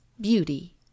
beauty